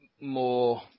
more